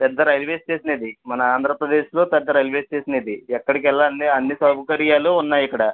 పెద్ద railway station ఇది మన ఆంధ్రప్రదేశ్లో పెద్ద రైల్వే స్టేషన్ ఇది ఎక్కడికి వెళ్ళాలన్నా అన్నీ సౌకర్యాలు ఉన్నాయి ఇక్కడ